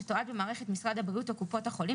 שתועד במערכת משרד הבריאות או קופות החולים,